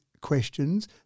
questions